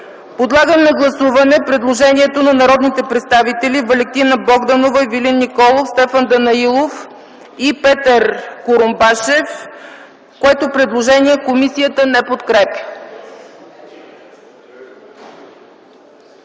Подлагам на гласуване предложението на народните представители Валентина Богданова, Ивелин Николов, Стефан Данаилов и Петър Курумбашев, което комисията не подкрепя.